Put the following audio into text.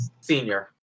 Senior